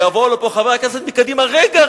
יבואו לפה חברי הכנסת מקדימה: רגע,